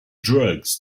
drugs